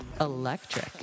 Electric